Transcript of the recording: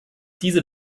diese